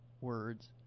words